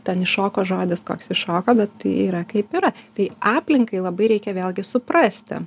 ten iššoko žodis koks iššoko bet yra kaip yra tai aplinkai labai reikia vėlgi suprasti